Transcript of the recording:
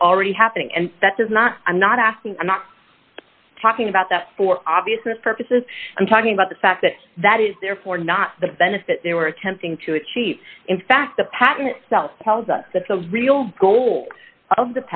was already happening and that is not i'm not asking i'm not talking about that for obviousness purposes i'm talking about the fact that that is therefore not the benefit they were attempting to achieve in fact the patent self tells us that the real goal of